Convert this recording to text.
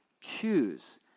choose